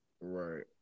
Right